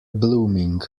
blooming